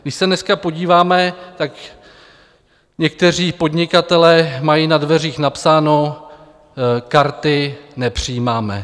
Když se dneska podíváme, tak někteří podnikatelé mají na dveřích napsáno: Karty nepřijímáme.